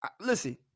Listen